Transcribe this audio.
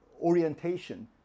orientation